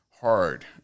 hard